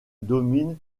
domine